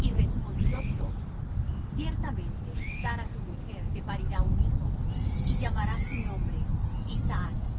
y respondió dios ciertamente sara tu mujer te parirá un hijo y llamarás su nombre isaac